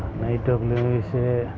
نئی ٹیکنلوئی سے